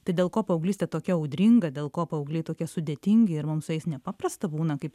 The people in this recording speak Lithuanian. tai dėl ko paauglystė tokia audringa dėl ko paaugliai tokie sudėtingi ir mum su jais nepaprasta būna kaip